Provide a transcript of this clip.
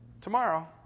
tomorrow